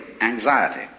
anxiety